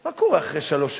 מה קורה אחרי שלוש שנים?